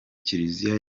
kiliziya